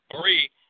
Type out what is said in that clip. Three